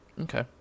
Okay